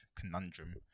conundrum